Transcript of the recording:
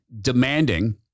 demanding